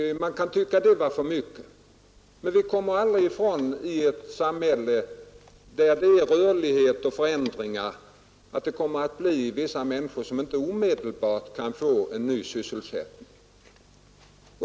Man kan tycka att det var för mycket, men i ett samhälle, där det är rörlighet och förändringar, kommer vi aldrig ifrån att det blir vissa människor som inte omedelbart kan få en ny sysselsättning.